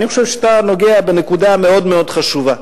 אני חושב שאתה נוגע בנקודה מאוד-מאוד חשובה,